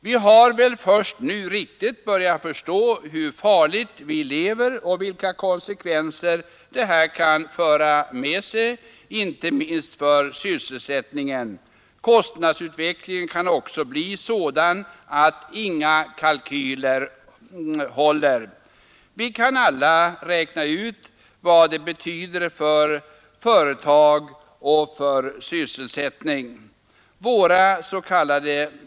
Vi har väl först nu riktigt börjat förstå hur farligt vi lever och vilka konsekvenser energikrisen kan få, inte minst för sysselsättningen. Kostnadsutvecklingen kan också bli sådan att inga kalkyler håller. Vi kan alla räkna ut vad det betyder för företagen och för sysselsättningen.